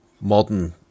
modern